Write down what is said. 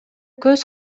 көз